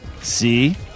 See